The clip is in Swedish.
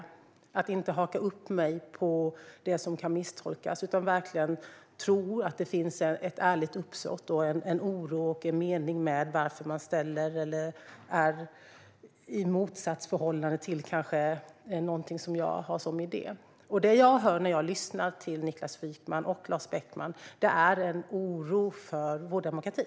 Jag ska inte haka upp mig på det som kan misstolkas utan verkligen tro att det finns ett ärligt uppsåt, en oro och en mening med varför man ställer frågor eller är i motsatsförhållande till något som jag har som idé. Det jag hör när jag lyssnar till Niklas Wykman och Lars Beckman är en oro för vår demokrati.